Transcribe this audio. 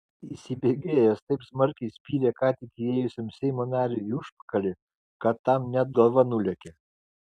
įsibėgėjęs taip smarkiai spyrė ką tik įėjusiam seimo nariui į užpakalį kad tam net galva nulėkė